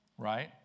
right